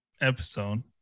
episode